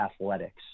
athletics